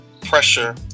pressure